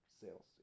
sales